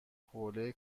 حوله